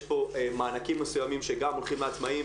יש פה מענקים מסוימים שגם הולכים לעצמאים,